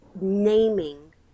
naming